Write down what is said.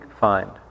find